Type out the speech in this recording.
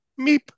Meep